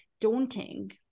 daunting